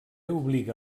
obliga